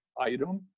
item